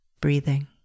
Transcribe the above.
breathing